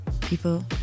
People